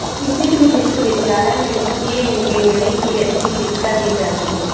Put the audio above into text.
किसी भी विश्वविद्यालय में वित्तीय इन्जीनियरिंग की अच्छी शिक्षा दी जाती है